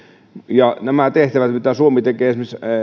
nämä tehtävät mitä suomi tekee esimerkiksi